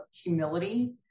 humility